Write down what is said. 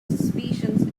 suspicions